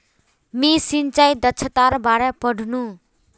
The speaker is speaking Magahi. मी सिंचाई दक्षतार बारे पढ़नु